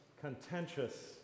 contentious